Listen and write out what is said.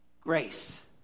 Grace